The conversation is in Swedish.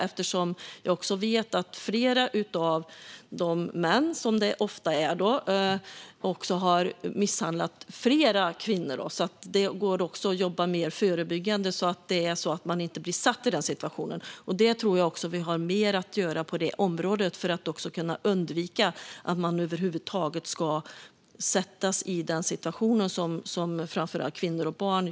Vi vet ju att flera av männen, som det ofta är, har misshandlat flera kvinnor. Jag tror att vi ska göra mer när det gäller att förebygga för att ingen ska vara satt i den situationen. Framför allt gäller det barn.